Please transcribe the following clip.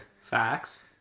Facts